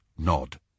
Nod